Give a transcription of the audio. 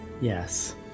yes